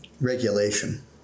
regulation